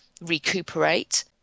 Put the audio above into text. recuperate